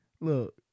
look